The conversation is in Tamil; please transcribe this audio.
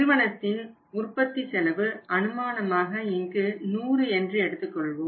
நிறுவனத்தின் உற்பத்தி செலவு அனுமானமாக இங்கு 100 என்று எடுத்துக்கொள்வோம்